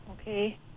Okay